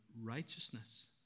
righteousness